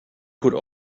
could